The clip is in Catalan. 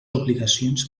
obligacions